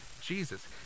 Jesus